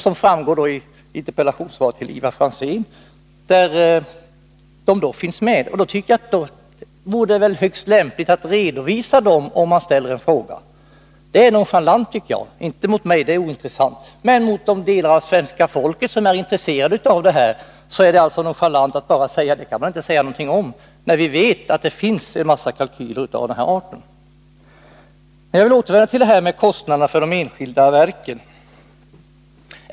Det framgår av interpellationssvaret till Ivar Franzén. Då vore det väl högst lämpligt att redovisa dem, om det ställs en fråga. Det är nonchalant, tycker jag-inte mot mig, det är ointressant, men mot de delar av svenska folket som är intresserade av detta —, att bara förklara att det kan man inte säga någonting om, när vi vet att det finns en massa kalkyler av den här arten. Jag vill återvända till detta med kostnaderna för de enskilda verken.